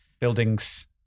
buildings